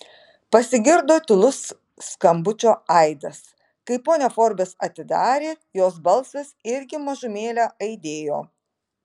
pasigirdo tylus skambučio aidas kai ponia forbes atidarė jos balsas irgi mažumėlę aidėjo